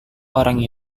orang